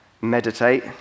meditate